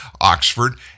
Oxford